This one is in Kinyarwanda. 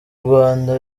rwanda